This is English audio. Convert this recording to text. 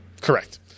Correct